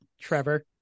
Trevor